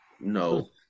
No